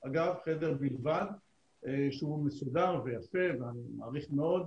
בלבד שהוא מסודר ויפה ואני מעריך מאוד.